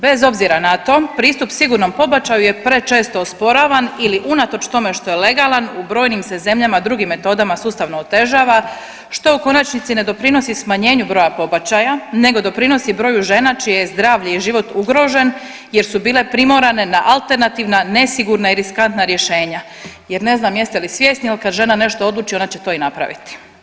Bez obzira na to, pristup sigurnom pobačaju je prečesto osporavan ili unatoč tome što je legalan, u brojnim se zemljama drugim metodama sustavno otežava, što u konačnici ne doprinosi smanjenju broja pobačaja nego doprinosi broju žena čiji je zdravlje i život ugrožen jer su bile primorane na alternativna, nesigurna i riskantna rješenja jer ne znam jeste li svjesni, ali kad žena nešto odluči, ona će to i napraviti.